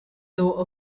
though